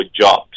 jobs